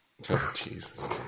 Jesus